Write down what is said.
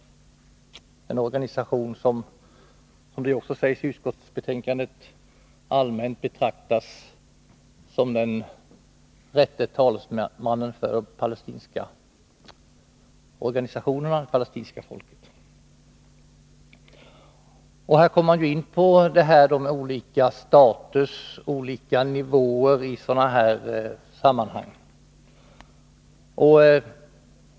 PLO är ju, som det också sägs i utskottsbetänkandet, den organisation som allmänt betraktas som den rätte talesmannen för det palestinska folket. Här kommer vi in på frågorna om olika status och olika nivåer i sådana här sammanhang.